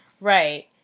Right